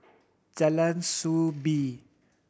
Jalan Soo Bee